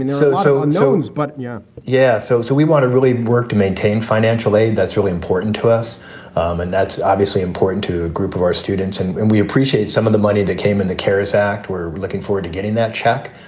and so, so and so. but yeah, yeah. so so we want to really work to maintain financial aid. that's really important to us and that's obviously important to a group of our students. and and we appreciate some of the money that came in the keris act. we're looking forward to getting that check,